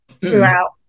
throughout